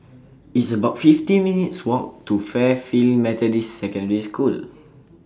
It's about fifty minutes' Walk to Fairfield Methodist Secondary School